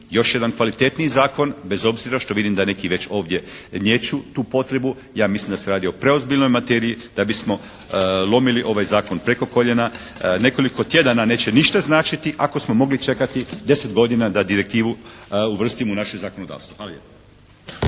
još jedan kvalitetniji zakon bez obzira što vidim da neki već ovdje niječu tu potrebu, ja mislim da se radi o preozbiljnoj materiji da bismo lomili ovaj Zakon preko koljena. Nekoliko tjedana neće ništa značiti ako smo mogli čekati 10 godina da direktivu uvrstimo u naše zakonodavstvo